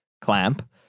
clamp